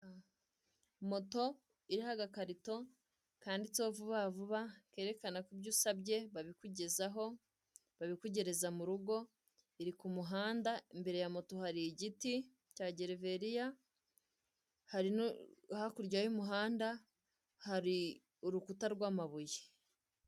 Moto iriho agakarito kanditseho vubavuba kerekana ko ibyo usabye babikugezaho babikugereza mu rugo, iri ku muhanda imbere ya moto hari igiti cya gereveriya hari hakurya y'umuhanda hari urukuta rw'amabuye.